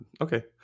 okay